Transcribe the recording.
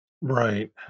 Right